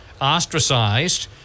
ostracized